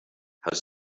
how